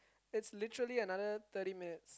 it's literally another thirty minutes